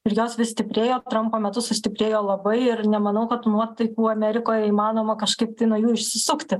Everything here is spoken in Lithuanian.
ir jos vis stiprėjo trampo metu sustiprėjo labai ir nemanau kad tų nuotaikų amerikoje įmanoma kažkaip nuo jų išsisukti